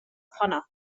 honno